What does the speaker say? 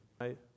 right